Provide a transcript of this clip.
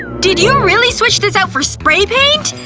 did you really switch this out for spray paint!